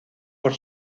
por